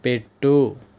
పెట్టు